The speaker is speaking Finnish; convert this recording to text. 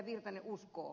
virtanen uskoo